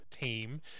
team